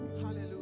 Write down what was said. Hallelujah